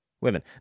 women